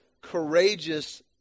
courageous